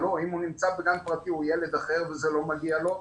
אם הוא נמצא בגן פרטי הוא ילד אחר וזה לא מגיע לו,